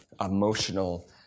emotional